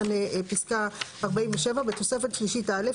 פסקה 47. (47) בתוספת שלישית א',